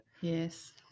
Yes